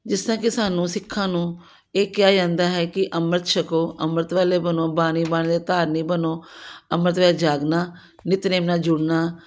ਜਿਸ ਤਰ੍ਹਾਂ ਕਿ ਸਾਨੂੰ ਸਿੱਖਾਂ ਨੂੰ ਇਹ ਕਿਹਾ ਜਾਂਦਾ ਹੈ ਕਿ ਅੰਮ੍ਰਿਤ ਛਕੋ ਅੰਮ੍ਰਿਤ ਵਾਲੇ ਬਣੋ ਬਾਣੀ ਬਾਣੇ ਦੇ ਧਾਰਨੀ ਬਣੋ ਅੰਮ੍ਰਿਤ ਵੇਲੇ ਜਾਗਣਾ ਨਿਤਨੇਮ ਨਾਲ ਜੁੜਨਾ